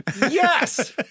Yes